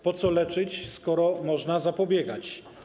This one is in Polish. Po co leczyć, skoro można zapobiegać?